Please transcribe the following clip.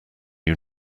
new